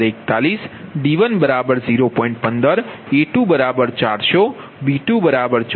15 a2400 b244 d20